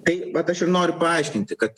tai vat aš ir noriu paaiškinti kad